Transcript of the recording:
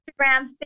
Instagram